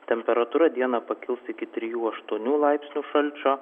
temperatūra dieną pakils iki trijų aštuonių laipsnių šalčio